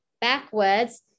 backwards